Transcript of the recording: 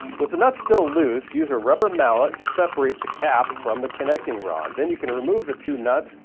with the nuts still loose, use a rubber mallet to separate the cap from the connecting rod, then you can remove the two nuts,